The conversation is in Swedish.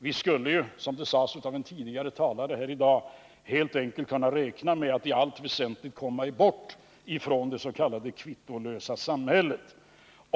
Vi skulle ju, som det sades av en tidigare talare här i dag, helt enkelt kunna räkna med att i allt väsentligt komma bort ifrån det s.k. kvittolösa samhället.